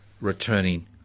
returning